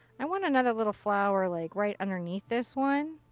i want another little flower like right underneath this one.